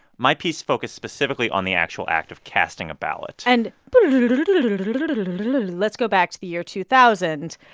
my piece focused specifically on the actual act of casting a ballot and but let's go back to the year two thousand.